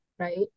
right